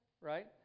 right